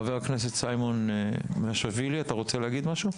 חבר הכנסת סימון מושיאשוילי, אתה רוצה להגיד משהו?